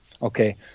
Okay